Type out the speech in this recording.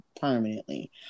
permanently